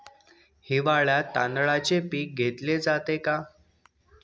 हिवाळ्यात तांदळाचे पीक घेतले जाते का?